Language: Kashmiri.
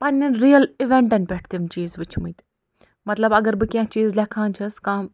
پنٛنٮ۪ن رِیل اِوٮ۪نٹن پٮ۪ٹھ تِم چیٖز وٕچھمٕتۍ مطلب اگر بہٕ کیٚنٛہہ چیٖز لٮ۪کھان چھَس کانٛہہ